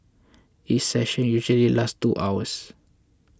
each session usually lasts two hours